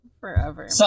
Forever